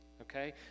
Okay